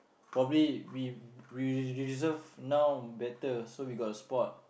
probably we we we reserve now better so we got a spot